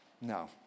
No